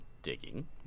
digging